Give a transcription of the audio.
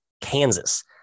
Kansas